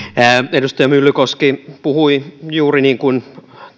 edustaja myllykoski puhui juuri niin kuin